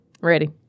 Ready